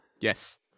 Yes